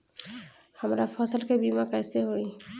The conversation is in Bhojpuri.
हमरा फसल के बीमा कैसे होई?